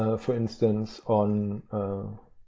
ah for instance on